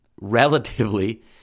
relatively